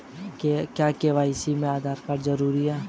क्या के.वाई.सी में आधार कार्ड जरूरी है?